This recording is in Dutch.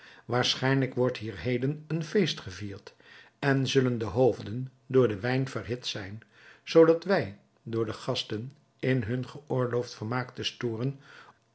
waarschijnlijk wordt hier heden een feest gevierd en zullen de hoofden door den wijn verhit zijn zoodat wij door de gasten in hun geoorloofd vermaak te storen